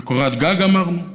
וקורת גג, אמרנו,